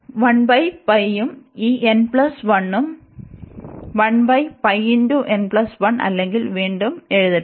അതിനാൽ ഉം ഈ n 1 ഉം അതിനാൽ അല്ലെങ്കിൽ വീണ്ടും എഴുതട്ടെ